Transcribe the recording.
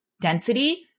density